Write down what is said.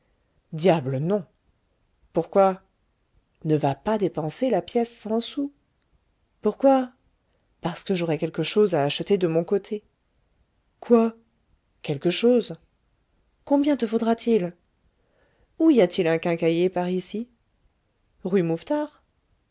diable non pourquoi ne va pas dépenser la pièce cent sous pourquoi parce que j'aurai quelque chose à acheter de mon côté quoi quelque chose combien te faudra-t-il où y a-t-il un quincaillier par ici rue mouffetard